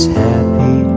happy